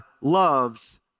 loves